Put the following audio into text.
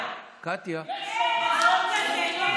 מדינה פלסטינית כי אין עם פלסטיני.